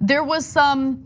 there was some